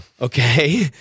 Okay